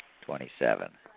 Twenty-seven